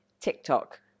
TikTok